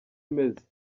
imeze